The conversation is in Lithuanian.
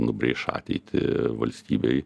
nubrėš ateitį valstybėj